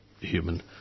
human